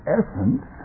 essence